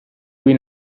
cui